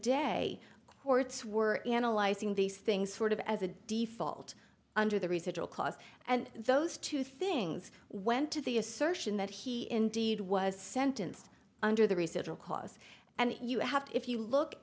day courts were analyzing these things sort of as a default under the research will cost and those two things went to the assertion that he indeed was sentenced under the research will cause and you have to if you look